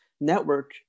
network